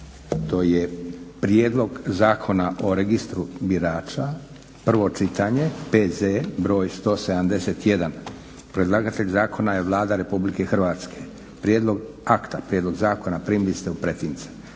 To je - Prijedlog zakona o Registru birača, prvo čitanje, PZ br. 171 Predlagatelj zakona je Vlada Republike Hrvatske. Prijedlog akta, prijedlog zakona primili ste u pretince.